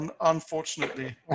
unfortunately